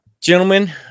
Gentlemen